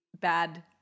bad